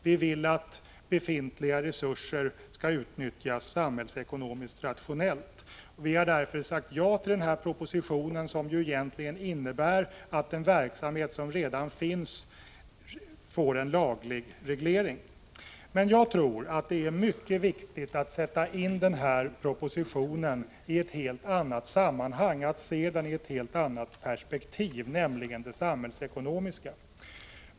Vi vill att befintliga resurser skall utnyttjas samhällsekonomiskt rationellt. Vi har därför sagt ja till denna proposition, som egentligen innebär att den verksamhet som redan finns blir lagligt reglerad. Jag tror att det är mycket viktigt att vi sätter in denna proposition i ett helt annat sammanhang, att vi ser den i ett helt annat perspektiv, nämligen det samhällsekonomiska.